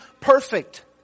perfect